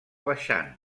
baixant